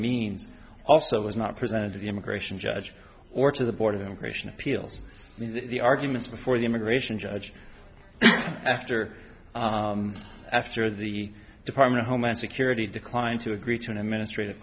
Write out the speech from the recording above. means also was not presented to the immigration judge or to the board of immigration appeals the arguments before the immigration judge after after the department of homeland security declined to agree to an administrative